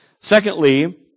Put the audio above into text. Secondly